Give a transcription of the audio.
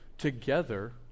together